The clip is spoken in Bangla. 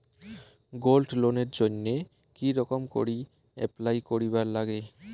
গোল্ড লোনের জইন্যে কি রকম করি অ্যাপ্লাই করিবার লাগে?